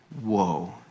whoa